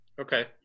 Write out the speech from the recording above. Okay